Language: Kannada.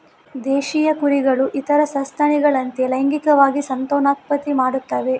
ದೇಶೀಯ ಕುರಿಗಳು ಇತರ ಸಸ್ತನಿಗಳಂತೆ ಲೈಂಗಿಕವಾಗಿ ಸಂತಾನೋತ್ಪತ್ತಿ ಮಾಡುತ್ತವೆ